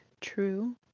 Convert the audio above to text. true